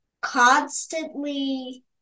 constantly